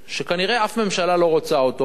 שכנראה אף ממשלה לא רוצה אותו,